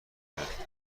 گرفته